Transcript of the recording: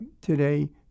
today